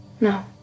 No